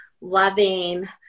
loving